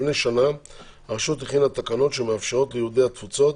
לפני שנה הרשות הכינה תקנות שמאפשרות ליהודי התפוצות,